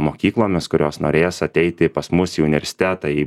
mokyklomis kurios norės ateiti pas mus į universitetą į